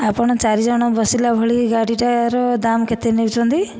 ଆପଣ ଚାରିଜଣ ବସିଲା ଭଳି ଗାଡ଼ିଟାର ଦାମ କେତେ ନେଉଛନ୍ତି